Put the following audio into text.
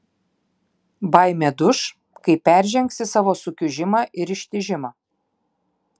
baimė duš kai peržengsi savo sukiužimą ir ištižimą